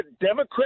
Democrat